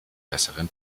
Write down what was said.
besseren